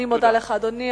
אני מודה לך, אדוני.